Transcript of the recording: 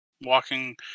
Walking